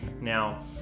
Now